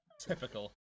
Typical